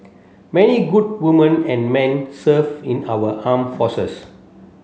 many good woman and men serve in our arm forces